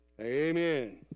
amen